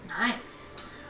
Nice